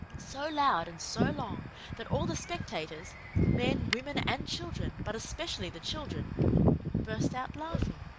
so loud and so long that all the spectators men, women, and children, but especially the children burst out laughing.